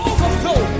Overflow